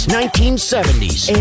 1970s